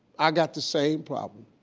i got the same problem.